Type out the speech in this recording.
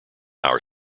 our